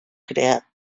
creat